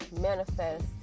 manifest